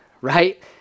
right